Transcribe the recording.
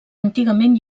antigament